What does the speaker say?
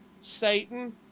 Satan